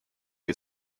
ihr